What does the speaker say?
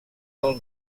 del